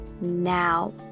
now